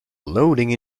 loading